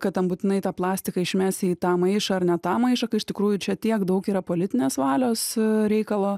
kad ten būtinai tą plastiką išmesi į tą maišą ar ne tą maišą kai iš tikrųjų čia tiek daug yra politinės valios reikalo